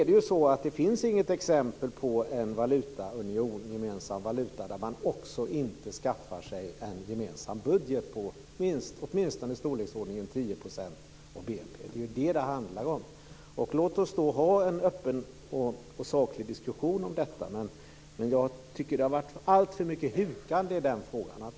Det finns vidare inget exempel på en union med gemensam valuta där man inte också skaffar sig en gemensam budget åtminstone i storleksordningen 10 % av BNP. Det är ju det som det handlar om. Låt oss ha en öppen och saklig diskussion om detta. Jag tycker att det har varit alltför mycket hukande i den frågan.